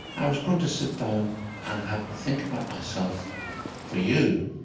i was going to sit down and have a think about myself for you.